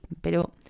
Pero